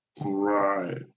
Right